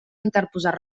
interposar